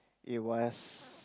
it was